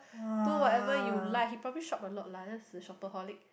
do whatever you like he probably shop a lot lah just like a shopaholic